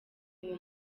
uwo